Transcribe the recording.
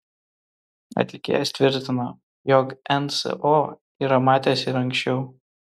atlikėjas tvirtina jog nso yra matęs ir anksčiau